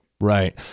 Right